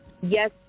yes